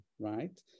right